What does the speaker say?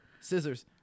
scissors